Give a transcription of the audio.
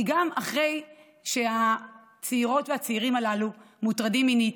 כי גם אחרי שהצעירות והצעירים הללו מוטרדים מינית,